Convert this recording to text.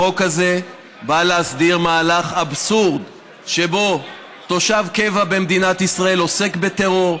החוק הזה בא להסדיר מהלך אבסורדי שבו תושב קבע במדינת ישראל עוסק בטרור,